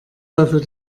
dafür